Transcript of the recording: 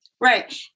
Right